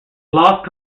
lost